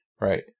Right